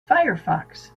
firefox